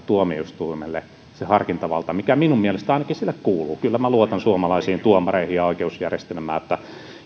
tuomioistuimelle se harkintavalta mikä ainakin minun mielestäni sille kuuluu kyllä minä luotan suomalaisiin tuomareihin ja oikeusjärjestelmään siinä että